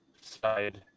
side